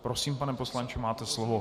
Prosím, pane poslanče, máte slovo.